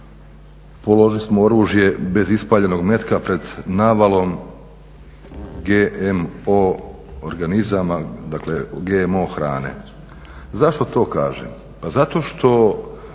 položismo oružje bez ispaljenog metka pred navalom GMO organizama, dakle GMO hrane. Zašto to kažem? Pa zato što